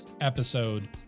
episode